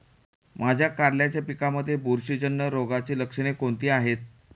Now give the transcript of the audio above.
माझ्या कारल्याच्या पिकामध्ये बुरशीजन्य रोगाची लक्षणे कोणती आहेत?